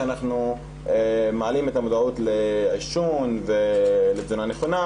שאנחנו מעלים את המודעות לעישון ולתזונה נכונה,